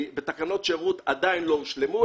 תקנות השירות עדיין לא הושלמו,